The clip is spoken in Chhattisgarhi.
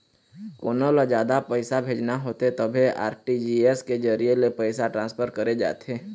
कोनो ल जादा पइसा भेजना होथे तभे आर.टी.जी.एस के जरिए ले पइसा ट्रांसफर करे जाथे